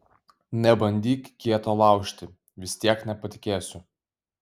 nebandyk kieto laužti vis tiek nepatikėsiu